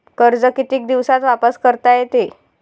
कर्ज कितीक दिवसात वापस करता येते?